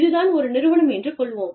இது தான் ஒரு நிறுவனம் என்று கொள்வோம்